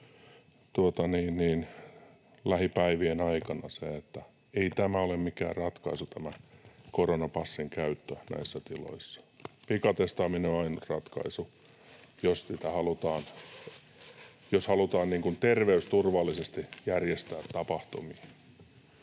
lähipäivien aikana se, että ei tämä koronapassin käyttö näissä tiloissa ole mikään ratkaisu. Pikatestaaminen on ainut ratkaisu, jos halutaan terveysturvallisesti järjestää tapahtumia.